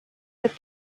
with